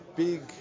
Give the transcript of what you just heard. big